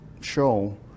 show